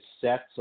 sets